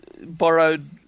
borrowed